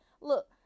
look